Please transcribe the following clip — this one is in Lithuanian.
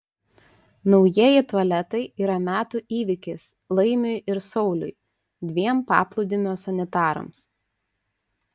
naujieji tualetai yra metų įvykis laimiui ir sauliui dviem paplūdimio sanitarams